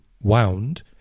wound